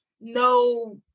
no